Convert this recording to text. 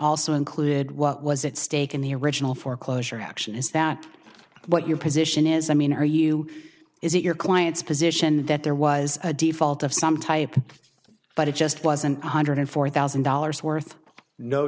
also included what was its stake in the original foreclosure action is that what your position is i mean are you is it your client's position that there was a default of some type but it just wasn't one hundred four thousand dollars worth no